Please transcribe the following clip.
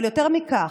אבל יותר מכך,